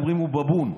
אומרים: הוא בבון.